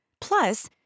Plus